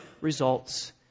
results